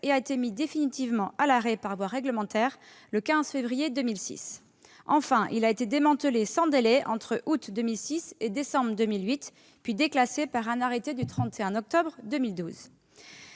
et a été mis définitivement à l'arrêt par voie réglementaire le 15 février 2006. Enfin, il a été démantelé sans délai entre août 2006 et décembre 2008, puis déclassé par un arrêté du 31 octobre 2012.